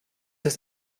das